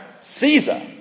Caesar